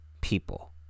people